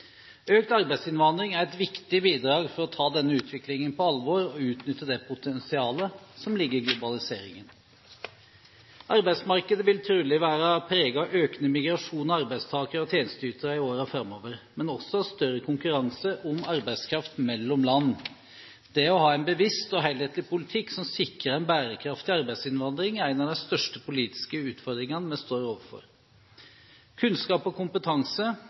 Økt arbeidsinnvandring er et viktig bidrag for å ta denne utviklingen på alvor og utnytte det potensialet som ligger i globaliseringen. Arbeidsmarkedet vil trolig være preget av økende migrasjon av arbeidstakere og tjenesteytere i årene framover, men også av større konkurranse om arbeidskraft mellom land. Det å ha en bevisst og helhetlig politikk som sikrer en bærekraftig arbeidsinnvandring, er en av de største politiske utfordringene vi står overfor. Kunnskap og kompetanse